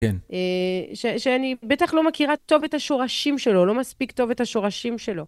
שאני בטח לא מכירה טוב את השורשים שלו, לא מספיק טוב את השורשים שלו.